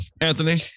Anthony